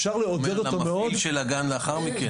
אפשר לעודד אותו מאוד --- אומרת למפעיל של הגן לאחר מכן.